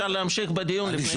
איך אפשר להמשיך בדיון?